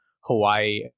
Hawaii